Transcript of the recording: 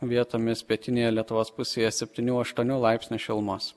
vietomis pietinėje lietuvos pusėje septynių aštuonių laipsnių šilumos